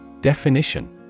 Definition